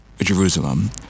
Jerusalem